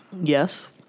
yes